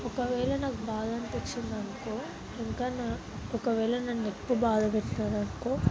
ఒకవేళ నాకు బాధనిపించిందనుకో ఇంకా నా ఒకవేళ నన్ను ఎక్కువ బాధ పెట్టారనుకో